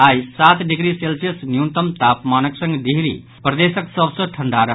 आई सात degree Celsius न्यूनतम तापमानक संग डिहरी प्रदेशक सभ सँ ठंढ़ा रहल